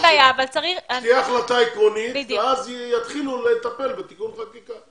שתהיה החלטה עקרונית ואז יתחילו לטפל בתיקון חקיקה.